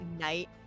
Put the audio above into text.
night